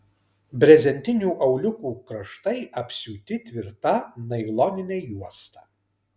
brezentinių auliukų kraštai apsiūti tvirta nailonine juosta